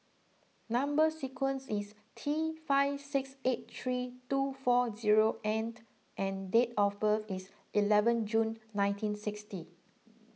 Number Sequence is T five six eight three two four zero end and date of birth is eleven June nineteen sixty